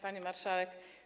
Pani Marszałek!